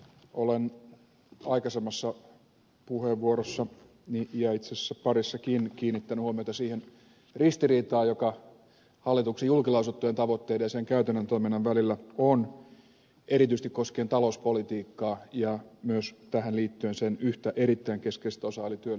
olen aikaisemmassa puheenvuorossani ja itse asiassa parissakin kiinnittänyt huomiota siihen ristiriitaan joka hallituksen julkilausuttujen tavoitteiden ja sen käytännön toiminnan välillä on erityisesti koskien talouspolitiikkaa ja myös tähän liittyen sen yhtä erittäin keskeistä osaa eli työllisyyden hoitoa